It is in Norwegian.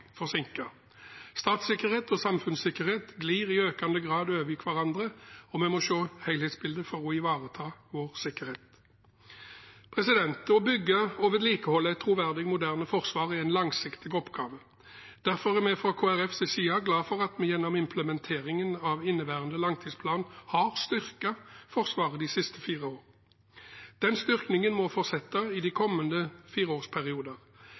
og samfunnssikkerhet glir i økende grad over i hverandre, og vi må se helhetsbildet for å ivareta vår sikkerhet. Å bygge og vedlikeholde et troverdig moderne forsvar er en langsiktig oppgave. Derfor er vi fra Kristelig Folkepartis side glad for at vi gjennom implementeringen av inneværende langtidsplan har styrket Forsvaret de siste fire år. Den styrkingen må fortsette i de kommende fireårsperioder.